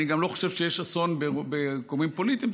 אני גם לא חושב שיש אסון בגורמים פוליטיים,